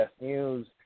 news